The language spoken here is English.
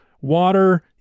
water